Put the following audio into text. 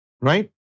right